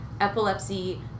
epilepsy